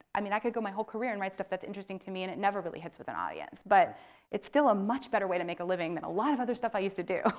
i mean i could go my whole career and write stuff that's interesting to me and it never really hits with an audience, but it's still a much better way to make a living than a lot of other stuff i used to do.